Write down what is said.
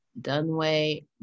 Dunway